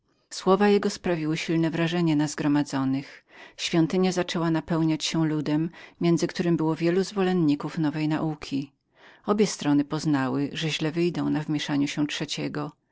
słowa jego silne wrażenie sprawiły na zgromadzonych świątynia coraz napełniała się ludem między którym wielu było zwolenników nowej nauki obie strony poznały że źle wyjdą na wmieszaniu się trzeciego